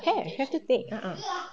have have to take ah ha